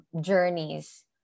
journeys